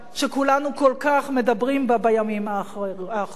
שכולנו כל כך מדברים בה בימים האחרונים.